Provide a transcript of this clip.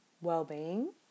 well-being